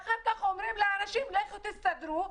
ואחר כך אומרים לאנשים: לכו תסתדרו.